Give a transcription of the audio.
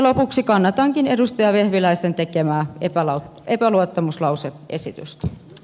lopuksi kannatankin edustaja vehviläisen tekemää epäluottamuslause esitystä